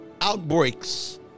outbreaks